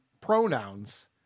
pronouns